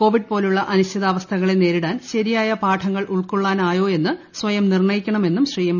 Covid കോലുള്ള അനിശ്ചിതാവസ്ഥകളെ നേരിടാൻ ശരിയായ പാഠങ്ങൾ ഉൾക്കൊള്ളാൻ ആയോ എന്ന് സ്വയം നിർണ്ണയിക്കണമെന്നും ശ്രീ എം